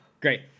Great